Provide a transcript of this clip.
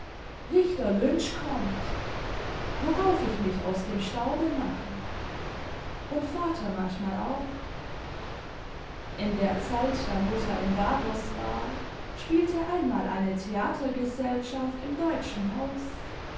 richter lynch kommt worauf ich mich aus dem staube mache und vater manchmal auch in der zeit da mutter in davos war spiehe einmal eine theatergesellschaft im deutschen haus